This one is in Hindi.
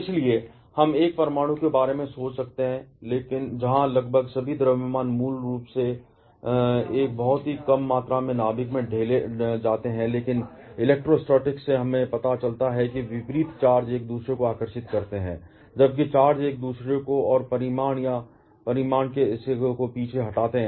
इसलिए हम एक परमाणु के बारे में सोच सकते हैं जहां लगभग सभी द्रव्यमान मूल रूप से एक बहुत ही कम मात्रा में नाभिक में ढेले जाते हैं लेकिन इलेक्ट्रोस्टैटिक्स से हमें पता चलता है कि विपरीत चार्ज एक दूसरे को आकर्षित करते हैं जबकि चार्ज एक दूसरे को और परिमाण या परिमाण को पीछे हटाते हैं